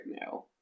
now